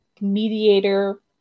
mediator